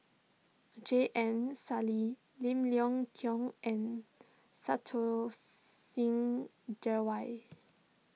J M Sali Lim Leong Geok and Santokh Singh Grewal